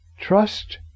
trust